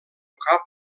cap